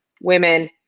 women